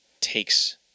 takes